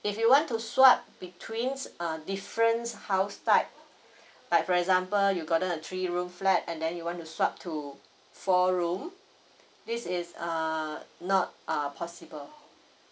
if you want to swap between err different house type like for example you gotten a three room flat and then you want to swap to four room this is err not err possible